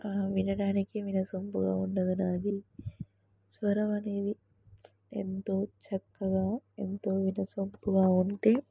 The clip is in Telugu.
వినడానికి వినసొంపుగా ఉండదు నాది స్వరం అనేది ఎంతో చక్కగా ఎంతో వినసొంపుగా ఉంటే